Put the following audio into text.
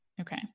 Okay